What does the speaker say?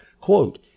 Quote